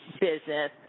business